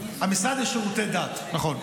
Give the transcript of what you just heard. המשרד לשירותי דת, נכון.